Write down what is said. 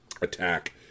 attack